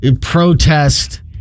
protest